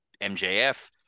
MJF